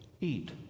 eat